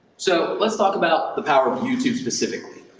so let's talk about the power of youtube specifically.